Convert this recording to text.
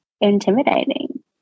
intimidating